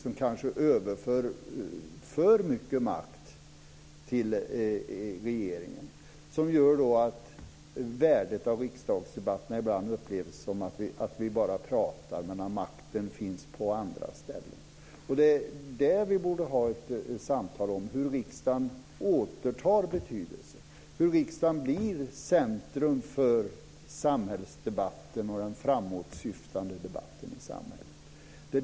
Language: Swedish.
Det kanske överför för mycket makt till regeringen. Det gör att värdet av riksdagsdebatterna minskar. Det upplevs ibland som att vi bara pratar men att makten finns på andra ställen. Vi borde ha ett samtal om hur riksdagen återtar betydelse och blir centrum för samhällsdebatten och för den framåtsyftande debatten i samhället.